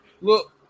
look